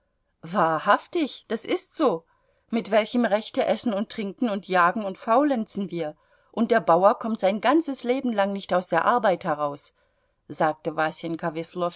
wahrhaftig das ist so mit welchem rechte essen und trinken und jagen und faulenzen wir und der bauer kommt sein ganzes leben lang nicht aus der arbeit heraus sagte